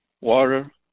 water